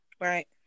Right